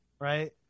right